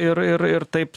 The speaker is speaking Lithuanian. ir ir ir taip